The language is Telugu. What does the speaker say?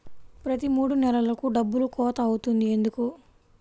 ప్రతి మూడు నెలలకు డబ్బులు కోత అవుతుంది ఎందుకు?